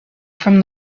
from